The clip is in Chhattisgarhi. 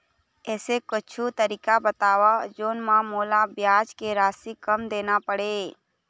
ऐसे कुछू तरीका बताव जोन म मोला ब्याज के राशि कम देना पड़े?